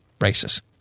races